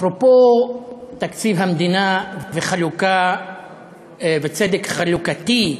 אפרופו תקציב המדינה וצדק חלוקתי,